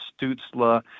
Stutzla